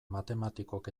matematikok